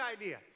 idea